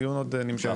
הדיון עוד נמשך.